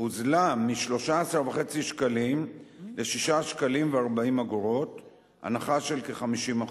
הוזלה מ-13.5 שקלים ל-6.4 שקלים, הנחה של כ-50%.